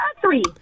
Three